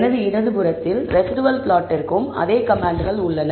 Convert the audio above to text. எனது இடதுபுறத்தில் ரெஸிடுவல் பிளாட்டிற்கும் அதே கமாண்ட்கள் உள்ளன